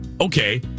Okay